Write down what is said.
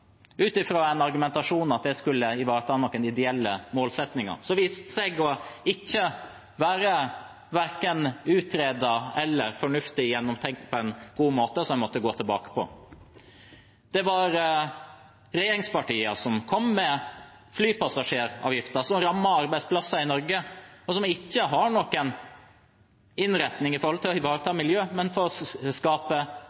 ut fra en argumentasjon om at det skulle ivareta noen ideelle målsettinger. Så viste det seg ikke å være verken utredet eller fornuftig gjennomtenkt på en god måte, så en måtte gå tilbake på det. Det var regjeringspartiene som kom med flypassasjeravgiften, som rammet arbeidsplasser i Norge, og som ikke har noen innretning for å ivareta miljøet, men for å